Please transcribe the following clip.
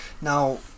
Now